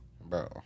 Bro